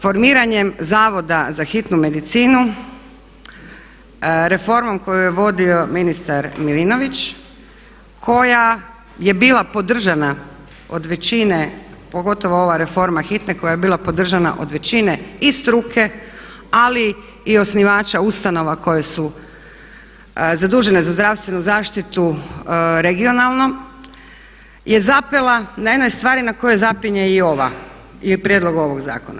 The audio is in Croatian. Formiranjem zavoda za hitnu medicinu reformom koju je vodio ministar Milinović, koja je bila podržana od većine pogotovo ova reforma hitne koja je bila podržana od većine i struke ali i osnivača ustanova koje su zadužene za zdravstvenu zaštitu regionalno je zapela na jednoj stvari na kojoj zapinje i ova i prijedlog ovog zakona.